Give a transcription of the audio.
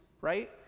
right